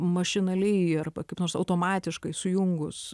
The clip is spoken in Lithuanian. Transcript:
mašinaliai arba kaip nors automatiškai sujungus